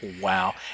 Wow